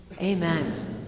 amen